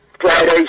Friday